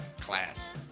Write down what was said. Class